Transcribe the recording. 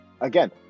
Again